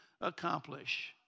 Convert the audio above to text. accomplish